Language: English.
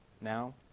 Now